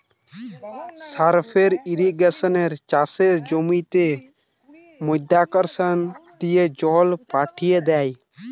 surface ইর্রিগেশনে চাষের জমিতে মাধ্যাকর্ষণ দিয়ে জল পাঠি দ্যায়